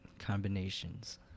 combinations